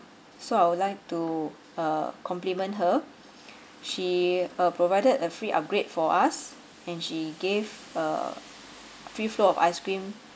so I would like to uh compliment her she uh provided a free upgrade for us and she gave a free flow of ice cream